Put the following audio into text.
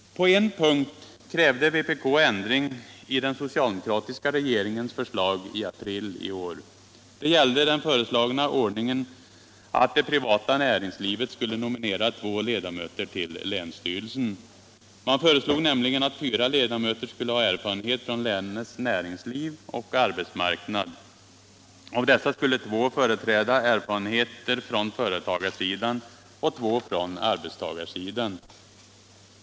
På en punkt krävde vpk ändring i den socialdemokratiska regeringens förslag i april i år. Det gällde den föreslagna ordningen att det privata näringslivet skulle nominera två ledamöter till länsstyrelsen. Man föreslog nämligen att fyra ledamöter skulle ha erfarenhet från länets näringsliv och arbetsmarknad. Av dessa skulle två företräda erfarenheter från företagarsidan och två erfarenheter från arbetstagarsidan.